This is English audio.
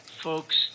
folks